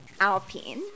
Alpine